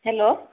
hello